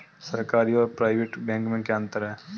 सरकारी और private bank में क्या अंतर है?